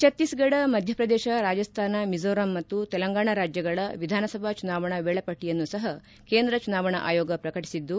ಛತ್ತೀಸ್ಗಢ ಮಧ್ಯಪ್ರದೇಶ ರಾಜಸ್ತಾನ ಮಿಜೋರಾಂ ಮತ್ತು ತೆಲಂಗಾಣ ರಾಜ್ಯಗಳ ವಿಧಾನಸಭಾ ಚುನಾವಣಾ ವೇಳಾಪಟ್ಟಯನ್ನು ಸಹ ಕೇಂದ್ರ ಚುನಾವಣಾ ಆಯೋಗ ಪ್ರಕಟಿಸಿದ್ದು